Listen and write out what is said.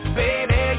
baby